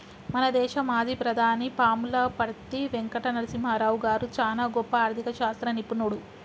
మన దేశ మాజీ ప్రధాని పాములపర్తి వెంకట నరసింహారావు గారు చానా గొప్ప ఆర్ధిక శాస్త్ర నిపుణుడు